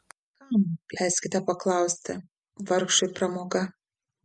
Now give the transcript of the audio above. kam leiskite paklausti vargšui pramoga